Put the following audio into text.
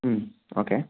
okay